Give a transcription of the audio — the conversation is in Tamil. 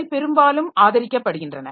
அவை பெரும்பாலும் ஆதரிக்கப்படுகின்றன